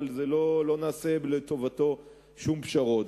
אבל לא נעשה לטובתו שום פשרות.